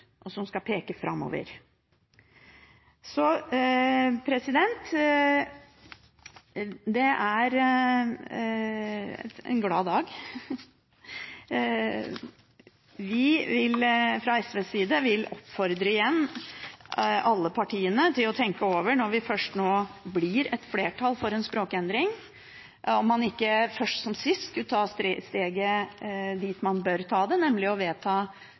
og som skal peke framover. Det er en glad dag. Fra SVs side vil vi igjen oppfordre alle partiene, når vi nå får et flertall for en språkendring, til å tenke over om man ikke først som sist skulle ta steget dit man bør ta det, nemlig å vedta